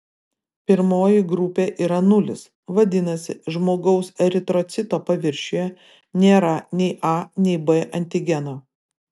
pirmoji grupė yra nulis vadinasi žmogaus eritrocito paviršiuje nėra nei a nei b antigeno